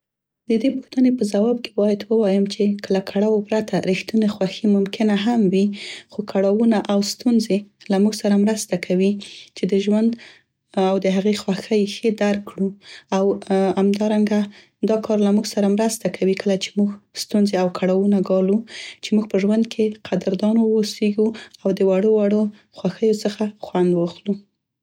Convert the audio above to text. د دې پوښتنې په ځواب کې باید ووایم چې که له کړاو پرته ريښتونې خوښي ممکنه هم وي خو کړاونه او ستونزې له موږ سره مرسته کوي چې د ژوند او د هغې خوښۍ ښې درک کړو او همدارنګه دا کار له موږ سره مرسته کوي، کله چې موږ ستونزې او کړاوونه ګالو چې موږ په ژوند کې قدردان واوسیګو او د وړو وړو خوښیو څخه خوند واخلو.